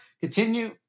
Continue